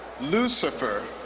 Lucifer